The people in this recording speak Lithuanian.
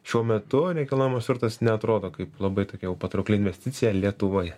šiuo metu nekilnojamas turtas neatrodo kaip labai tokia jau patraukli investicija lietuvoje